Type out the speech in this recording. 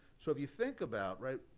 so if you think about, right,